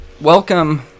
welcome